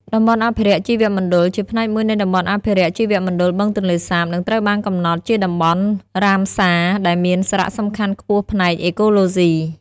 តំបន់អភិរក្សជីវមណ្ឌល ជាផ្នែកមួយនៃតំបន់អភិរក្សជីវមណ្ឌលបឹងទន្លេសាប និងត្រូវបានកំណត់ជាតំបន់ រ៉ាមសា ដែលមានសារៈសំខាន់ខ្ពស់ផ្នែកអេកូឡូស៊ី។